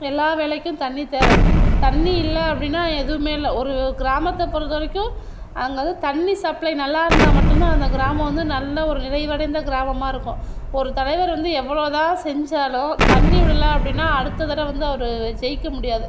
எல்லா வேலைக்கும் தண்ணித் தேவை தண்ணி இல்லை அப்படின்னா எதுவுமே இல்லை ஒரு கிராமத்தை பொறுத்த வரைக்கும் அங்கே வந்து தண்ணி சப்ளை நல்லாயிருந்தா மட்டுந்தான் அந்த கிராமம் வந்து நல்ல ஒரு நிறைவடைந்த கிராமமாக இருக்கும் ஒரு தலைவர் வந்து எவ்வளோ தான் செஞ்சாலும் தண்ணிவிடுல அப்படின்னா அடுத்த தடவ வந்து அவரு ஜெயிக்க முடியாது